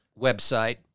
Website